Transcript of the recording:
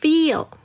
Feel